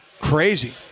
Crazy